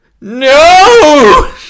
No